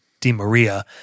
DiMaria